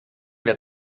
wer